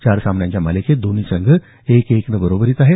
चार सामन्यांच्या मालिकेत दोन्ही संघ एक एकनं बरोबरीत आहेत